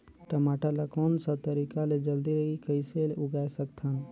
टमाटर ला कोन सा तरीका ले जल्दी कइसे उगाय सकथन?